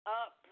up